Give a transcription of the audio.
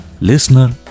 listener